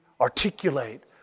articulate